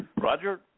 Roger